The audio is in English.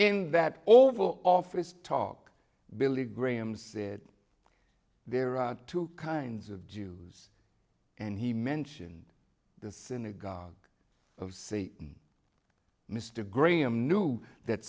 in that oval office talk billy graham said there are two kinds of jews and he mentioned the synagogue of satan mr graham knew that